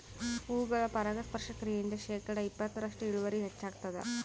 ಹೂಗಳ ಪರಾಗಸ್ಪರ್ಶ ಕ್ರಿಯೆಯಿಂದ ಶೇಕಡಾ ಇಪ್ಪತ್ತರಷ್ಟು ಇಳುವರಿ ಹೆಚ್ಚಾಗ್ತದ